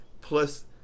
plus